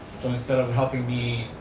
so, instead of helping me